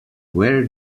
where